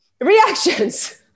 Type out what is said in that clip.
Reactions